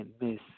Miss